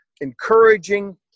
encouraging